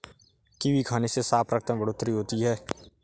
kiwi खाने से साफ रक्त में बढ़ोतरी होती है